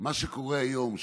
שמה שקורה היום,